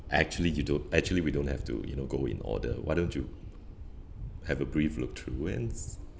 actually you don't actually we don't have to you know go in order why don't you have a brief look through